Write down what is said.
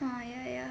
oh ya ya